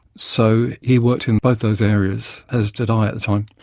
so, he worked in both those areas, as did i at the time.